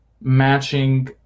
matching